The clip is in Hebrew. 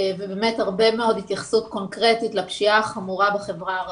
והרבה מאוד התייחסות קונקרטית לפשיעה החמורה בחברה הערבית.